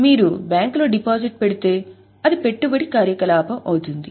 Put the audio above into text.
మీరు బ్యాంకులో డిపాజిట్ పెడితే అది పెట్టుబడి కార్యకలాపం అవుతుంది